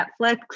Netflix